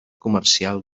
comercial